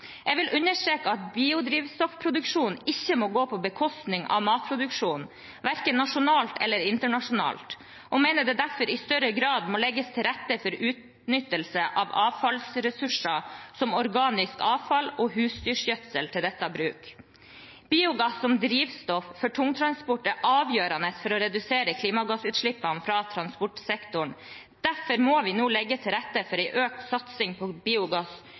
Jeg vil understreke at biodrivstoffproduksjon ikke må gå på bekostning av matproduksjon, verken nasjonalt eller internasjonalt, og mener det derfor i større grad må legges til rette for utnyttelse av avfallsressurser som organisk avfall og husdyrgjødsel til dette bruk. Biogass som drivstoff for tungtransport er avgjørende for å redusere klimagassutslippene fra transportsektoren, derfor må vi nå legge til rette for økt satsing på biogass